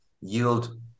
yield